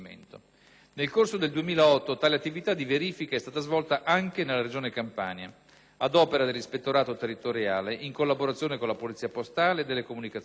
Nel corso del 2008, tale attività di verifica è stata svolta anche nella Regione Campania, ad opera dell'Ispettorato territoriale in collaborazione con la Polizia postale e delle comunicazioni.